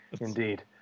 Indeed